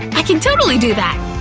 i can totally do that!